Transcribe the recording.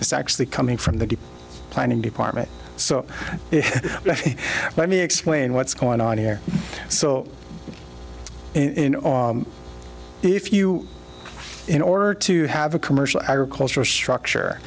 is actually coming from the planning department so let me explain what's going on here so in if you in order to have a commercial agricultural structure